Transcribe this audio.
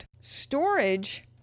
Storage